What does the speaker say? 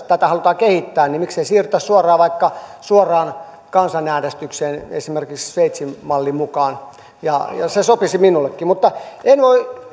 tätä halutaan kehittää niin miksei siirryttäisi suoraan vaikka suoraan kansanäänestykseen esimerkiksi sveitsin mallin mukaan se sopisi minullekin mutta en voi